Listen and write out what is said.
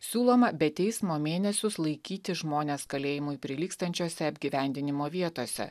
siūloma be teismo mėnesius laikyti žmones kalėjimui prilygstančiose apgyvendinimo vietose